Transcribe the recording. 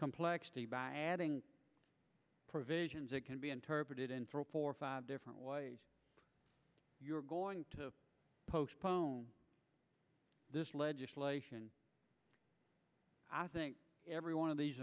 complexity by adding provisions that can be interpreted in four or five different way you're going to postpone this legislation i think every one of these